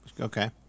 Okay